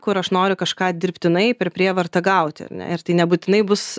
kur aš noriu kažką dirbtinai per prievartą gauti ir tai nebūtinai bus